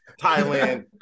Thailand